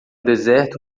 deserto